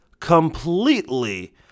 completely